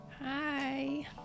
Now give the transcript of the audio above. Hi